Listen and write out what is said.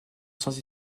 sans